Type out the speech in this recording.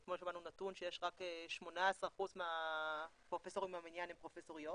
אתמול שמענו נתון שיש רק 18% מהפרופסורים מהמניין שהן פרופסוריות.